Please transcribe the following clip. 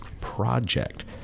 project